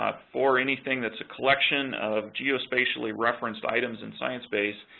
ah for anything that's a collection of geospatially referenced items in sciencebase,